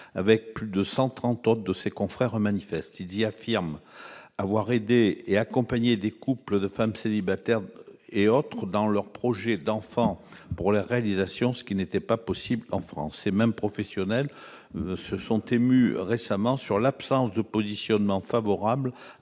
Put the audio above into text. avec plus de 130 de ses confrères. Ils y affirment avoir aidé et accompagné des couples et des femmes célibataires dans leur projet d'enfant, dont la réalisation n'était pas possible en France. Ces mêmes professionnels se sont récemment émus de l'absence de positionnement favorable